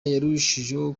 yarushijeho